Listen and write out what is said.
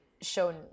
shown